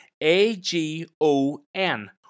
a-g-o-n